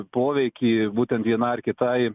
poveikį būtent vienai ar kitai